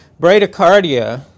bradycardia